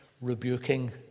rebuking